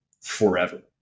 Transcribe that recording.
forever